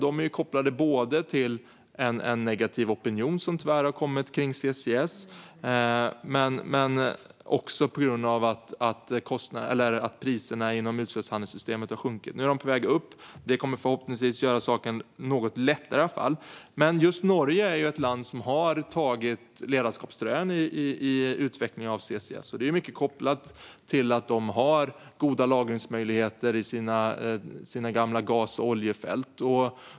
De är kopplade både till en negativ opinion, som tyvärr har kommit kring CCS, och till att priserna inom utsläppshandelssystemet har sjunkit. Nu är de på väg upp, och detta kommer förhoppningsvis att göra saken något lättare. Norge är ett land som har tagit ledartröjan i utvecklingen av CCS, och detta är mycket kopplat till att de har goda lagringsmöjligheter i sina gamla gas och oljefält.